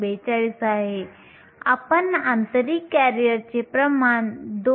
42 आहे आपण आंतरिक करिअरचे प्रमाण 2